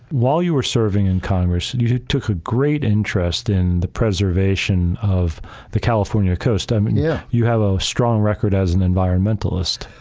while you were serving in congress, you took a great interest in the preservation of the california coast. i mean, yeah you have a strong record as an environmentalist.